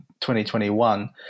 2021